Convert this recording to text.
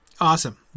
Awesome